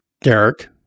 Derek